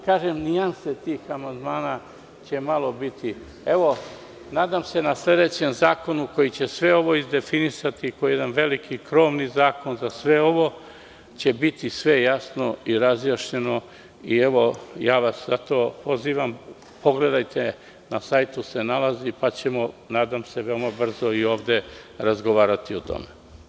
Kažem, nijanse tih amandmana, evo nadam se na sledećem zakonu koji će sve ovo izdefinisati, kao jedan veliki krovni zakon za sve ovo, će biti sve jasno i razjašnjeno, i ja vas zato pozivam, pogledajte, na sajtu se nalazi, pa ćemo veoma brzo razgovarati o tome.